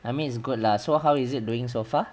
I mean it's good lah so how is it doing so far